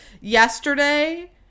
yesterday